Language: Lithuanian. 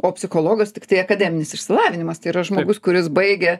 o psichologas tiktai akademinis išsilavinimas tai yra žmogus kuris baigia